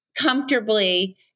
comfortably